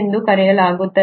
ಎಂದು ಕರೆಯಲಾಗುತ್ತದೆ